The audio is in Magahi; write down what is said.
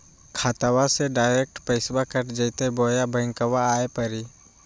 खाताबा से डायरेक्ट पैसबा कट जयते बोया बंकबा आए परी?